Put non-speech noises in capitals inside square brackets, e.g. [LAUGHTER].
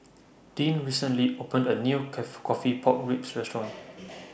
Dean recently opened A New [UNINTELLIGIBLE] Coffee Pork Ribs Restaurant [NOISE]